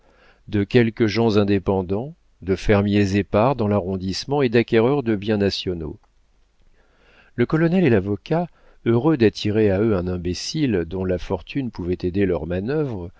de quelques gens indépendants de fermiers épars dans l'arrondissement et d'acquéreurs de biens nationaux le colonel et l'avocat heureux d'attirer à eux un imbécile dont la fortune pouvait aider leurs manœuvres